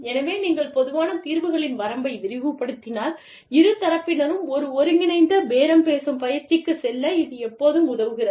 எனவே நீங்கள் பொதுவான தீர்வுகளின் வரம்பை விரிவுபடுத்தினால் இரு தரப்பினரும் ஒரு ஒருங்கிணைந்த பேரம் பேசும் பயிற்சிக்குச் செல்ல இது எப்போதும் உதவுகிறது